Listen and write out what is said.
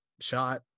shot